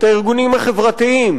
את הארגונים החברתיים,